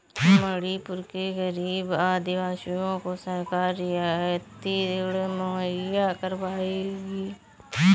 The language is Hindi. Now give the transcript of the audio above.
मणिपुर के गरीब आदिवासियों को सरकार रियायती ऋण मुहैया करवाएगी